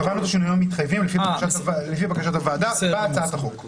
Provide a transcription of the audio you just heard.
קבענו את השינויים המתחייבים לפי בקשת הוועדה בהצעת החוק.